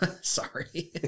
Sorry